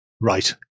Right